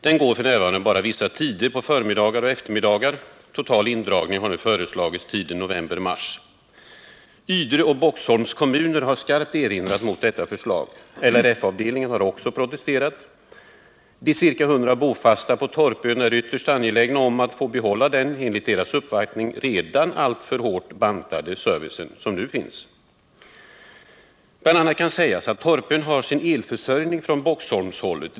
Den går f. n. bara vissa tider på förmiddagar och eftermiddagar. Total indragning har nu föreslagits under tiden november-mars. Ydre och Boxholms kommuner har skarpt erinrat mot detta förslag. LRF-avdelningen har också protesterat. De ca 100 bofasta på Torpön är ytterst angelägna om att få behålla den, enligt deras uppfattning redan alltför hårt bantade, service som nu finns. Bl. a. kan sägas att Torpön har sin elförsörjning från Boxholmshållet.